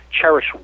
cherish